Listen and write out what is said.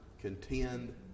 contend